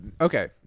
okay